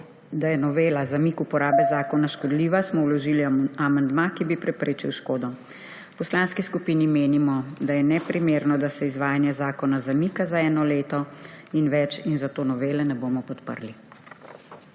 da je novela zamik uporabe zakona škodljiva, smo vložili amandma, ki bi preprečil škodo. V poslanski skupini menimo, da je neprimerno, da se izvajanje zakona zamika za eno leto in več in zato novele ne bomo podprli.